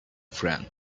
friend